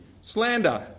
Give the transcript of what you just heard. slander